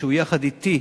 שהוא יחד אתי,